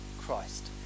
Christ